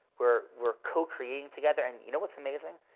we're we're co-creating together. and you know what's amazing?